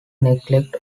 neglect